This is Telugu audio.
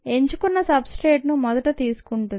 ఎంచుకున్న సబ్ స్ట్రేట్ ను మొదట తీసుకుంటుంది